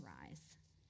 rise